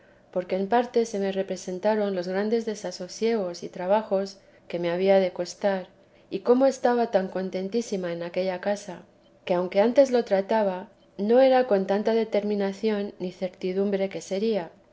porque en parte se me representaron los grandes desasosiegos y trabajos que me había de costar y como estaba tan contentísima en aquella casa que aunque antes lo trataba no era con tanta determinación ni certidumbre que sería